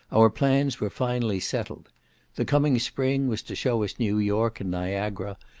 our plans were finally settled the coming spring was to show us new york, and niagara,